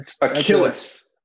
Achilles